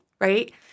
right